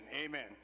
Amen